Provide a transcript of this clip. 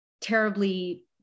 terribly